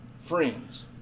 Friends